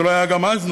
זה לא היה נכון גם אז,